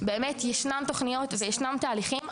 באמת ישנן תוכניות וישנם תהליכים,